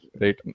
right